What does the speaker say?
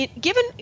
given